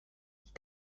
ich